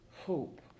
hope